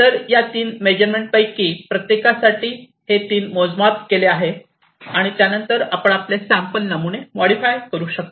तर या तीन मेजरमेंट पैकी प्रत्येकासाठी हे तीन मोजमाप केले गेले आहेत आणि त्या नंतर आपण आपले सॅम्पल नमुने मॉडीफाय करू शकता